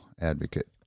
advocate